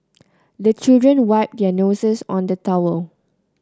the children wipe their noses on the towel